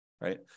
right